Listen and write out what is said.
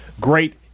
great